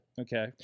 Okay